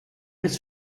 bis